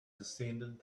descended